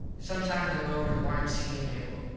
sometimes i go over to the y m c a, mable.